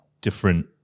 different